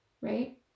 right